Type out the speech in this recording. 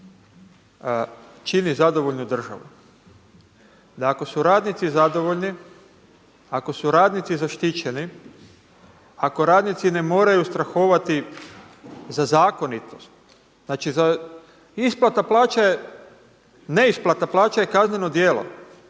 čini zadovoljnu državu, da ako su radnici zadovoljni, ako su radnici zaštićeni, ako radnici ne moraju strahovati za zakonitost, znači isplata plaća je, neisplata plaća je kazneno djelo.